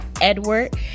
Edward